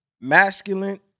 masculine